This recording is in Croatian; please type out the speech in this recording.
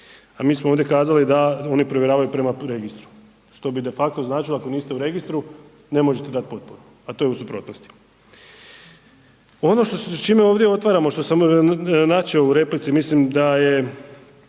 a mi smo ovdje kazali da oni provjeravaju prema registru što bi de facto značilo ako niste u registru, ne možete dati potporu a to je u suprotnosti. Ono s čime ovdje otvaramo, što sam načeo u replici, mislim da je